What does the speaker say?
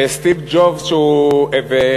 סטיב ג'ובס מצטט,